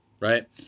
right